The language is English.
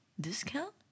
discount